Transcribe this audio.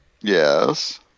Yes